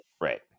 right